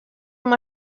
amb